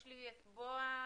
בועז,